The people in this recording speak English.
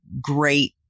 great